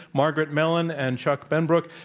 margaret mellon and chuck benbrook,